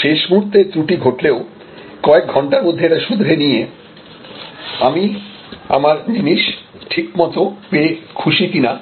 শেষ মুহূর্তে ত্রুটি ঘটলেও কয়েক ঘণ্টার মধ্যে এটা শুধরে নিয়ে আমি আমার জিনিস ঠিকমত পেয়ে খুশি কিনা